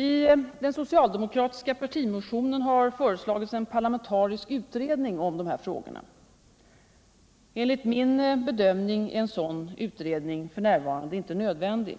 I den socialdemokratiska partimotionen har föreslagits en parlamentarisk utredning om dessa frågor. Enligt min bedömning är en sådan utredning f. n. inte nödvändig.